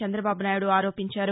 చందబాబు నాయుడు ఆరోపించారు